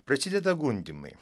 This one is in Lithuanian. prasideda gundymai